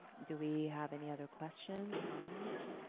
do we have any other questions, comments?